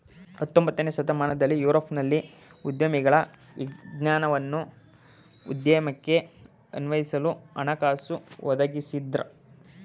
ಹತೊಂಬತ್ತನೇ ಶತಮಾನದಲ್ಲಿ ಯುರೋಪ್ನಲ್ಲಿ ಉದ್ಯಮಿಗಳ ವಿಜ್ಞಾನವನ್ನ ಉದ್ಯಮಕ್ಕೆ ಅನ್ವಯಿಸಲು ಹಣಕಾಸು ಒದಗಿಸಿದ್ದ್ರು